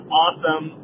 awesome